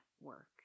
work